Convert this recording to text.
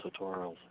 tutorials